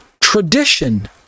Tradition